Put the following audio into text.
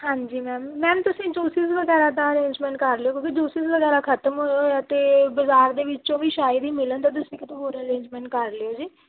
ਹਾਂਜੀ ma'am ma'am ਤੁਸੀਂ juices ਵਗੈਰਾ ਦਾ ਅਰੇਂਜਮੈਂਟ ਕਰ ਲਿਓ ਕਿਉਂਕਿ ਜੂਸਸ ਵਗੈਰਾ ਖਤਮ ਹੋਏ ਹੋਏ ਆ ਅਤੇ ਬਾਜ਼ਾਰ ਦੇ ਵਿੱਚੋਂ ਵੀ ਸ਼ਾਇਦ ਹੀ ਮਿਲਣ ਅਤੇ ਤੁਸੀਂ ਕਿਤੋਂ ਹੋਰ ਅਰੇਂਜਮੈਂਟ ਕਰ ਲਿਓ ਜੇ